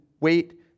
wait